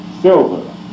silver